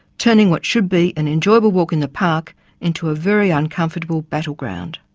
turning what should be an enjoyable walk in the park into a very uncomfortable battleground.